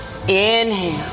inhale